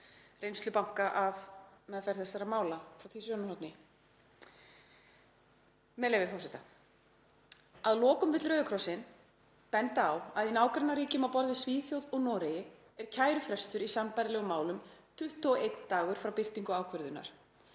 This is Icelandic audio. reynslubanka af meðferð þessara mála frá því sjónarhorni. Með leyfi forseta: „Að lokum vill Rauði krossinn benda á að í nágrannaríkjum á borð við Svíþjóð og Noreg er kærufrestur í sambærilegum málum 21 dagur frá birtingu ákvörðunar,